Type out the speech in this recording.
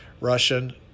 Russian